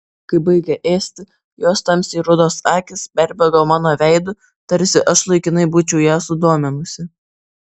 kai baigė ėsti jos tamsiai rudos akys perbėgo mano veidu tarsi aš laikinai būčiau ją sudominusi